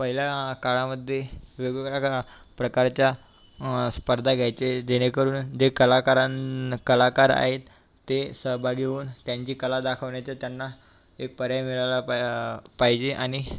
पहिल्या काळामध्ये वेगवेगळ्या कळा प्रकारच्या स्पर्धा घ्यायचे जेणेकरून जे कलाकारांन कलाकार आहेत ते सहभागी होऊन त्यांची कला दाखवण्याचा त्यांना एक पर्याय मिळाला पा पाहिजे आणि